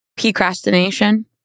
procrastination